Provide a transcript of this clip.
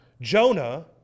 Jonah